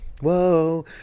Whoa